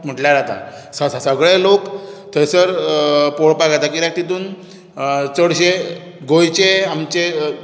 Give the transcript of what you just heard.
म्हटल्यार जाता स स सगळे लोक थंयसर पळोवपाक येता कित्याक तितूंत चडशे गोंयचे आमचे